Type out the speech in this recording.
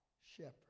shepherd